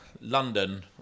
London